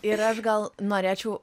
ir aš gal norėčiau